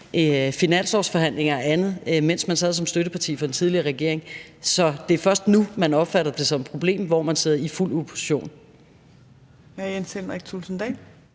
finanslovsforhandlinger og andet, mens man sad som støtteparti for den tidligere regering, så det er først nu, hvor man sidder i fuld opposition,